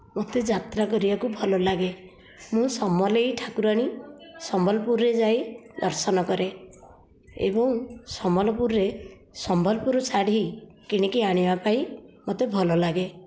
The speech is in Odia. ମୋତେ ଯାତ୍ରା କରିବାକୁ ଭଲଲାଗେ ମୁଁ ସମଲେଇ ଠାକୁରାଣୀ ସମ୍ବଲପୁରରେ ଯାଇ ଦର୍ଶନ କରେ ଏବଂ ସମ୍ବଲପୁରରେ ସମ୍ବଲପୁରୀ ଶାଢ଼ୀ କିଣିକି ଆଣିବା ପାଇଁ ମୋତେ ଭଲ ଲାଗେ